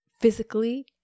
Physically